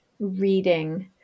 reading